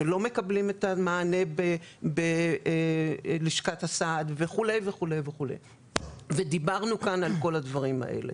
שלא מקבלים את המענה בלשכת הסעד וכולי ודיברנו כאן על כל הדברים האלה.